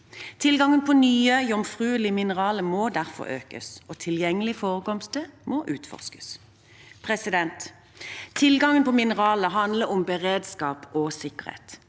Tilgangen på nye, «jomfruelige» mineraler må derfor økes, og tilgjengelige forekomster må utforskes. Tilgangen på mineraler handler om beredskap og sikkerhet.